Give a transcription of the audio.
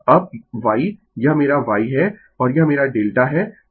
अब y यह मेरा y है और यह मेरा डेल्टा है